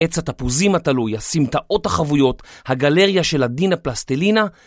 עץ התפוזים התלוי, הסמטאות החבויות, הגלריה של הדינה פלסטלינה